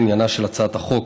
עניינה של הצעת החוק